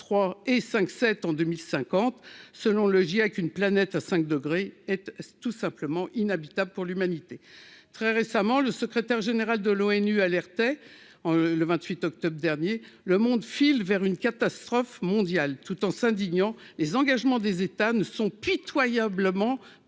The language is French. et cinq 7 en 2050 selon le GIEC, une planète à 5 degrés être tout simplement inhabitables pour l'humanité, très récemment, le secrétaire général de l'ONU, alertait en le 28 octobre dernier le monde file vers une catastrophe mondiale, tout en s'indignant les engagements des États ne sont pitoyablement